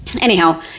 anyhow